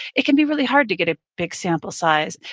it can be really hard to get a big sample size.